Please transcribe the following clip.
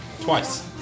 Twice